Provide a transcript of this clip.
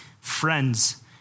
Friends